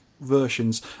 versions